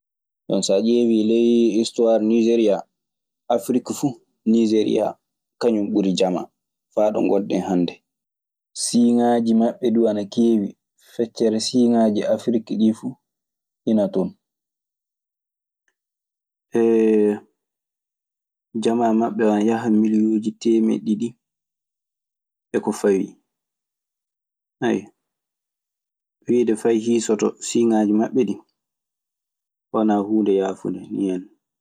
Marok hen wulare ɓuri hewede to illa e ɓubol, satuje ana yaha fa e degereji debee e ko fawi. Kaa, jooni non so dabbunde wari, ɗun duu haɗtaa ana ɓuuɓa, saatuuje sanne. Kenɗi wuli ana piya, toɓo ana waɗa. Kaa, ana fanɗi. Jamaa maɓɓe ana yaha miliyoo teemeɗɗiɗi e ko fawi.. Wiide fay hiisoto siiŋaaji maɓɓe ɗii wanaa huunde yaafunde.